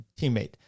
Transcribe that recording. teammate